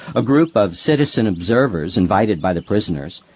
a group of citizen-observers, invited by the prisoners,